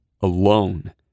alone